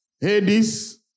Hades